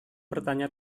bertanya